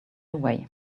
away